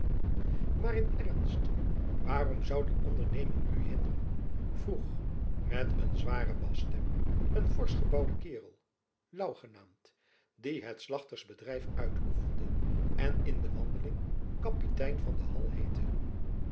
maar in ernst waarom zoû die onderneming u hinderen vroeg met een zware basstem een forsch gebouwde kaerel louw genaamd die het slachters bedrijf uitoefende en in de wandeling kapitein van de